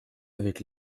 avec